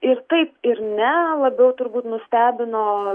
ir taip ir ne labiau turbūt nustebino